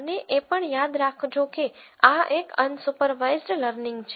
અને એ પણ યાદ રાખજો કે આ એક અનસુપરવાઈસ્ડ લર્નિંગ છે